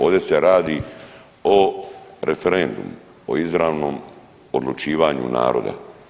Ovdje se radi o referendumu, o izravnom odlučivanju naroda.